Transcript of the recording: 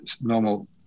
normal